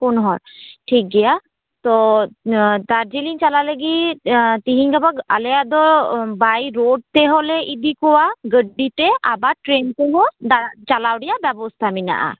ᱯᱩᱱ ᱦᱚᱲ ᱴᱷᱤᱠ ᱜᱮᱭᱟ ᱛᱚ ᱫᱟᱨᱡᱤᱞᱤᱝ ᱪᱟᱞᱟᱜ ᱞᱟᱹᱜᱤᱫ ᱛᱤᱦᱤᱧ ᱜᱟᱯᱟ ᱟᱞᱮᱭᱟᱜ ᱫᱚ ᱵᱟᱭ ᱨᱳᱰ ᱛᱮ ᱦᱚᱸᱞᱮ ᱤᱫᱤ ᱠᱚᱣᱟ ᱜᱟᱹᱰᱤᱛᱮ ᱟᱵᱟᱨ ᱴᱨᱮᱹᱱ ᱛᱮ ᱦᱚᱸ ᱫᱟᱬᱟᱱ ᱪᱟᱞᱟᱣ ᱨᱮᱱᱟᱜ ᱵᱮᱵᱚᱥᱛᱷᱟ ᱢᱮᱱᱟᱜᱼᱟ